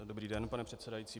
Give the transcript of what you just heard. Dobrý den, pane předsedající.